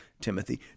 Timothy